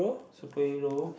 superhero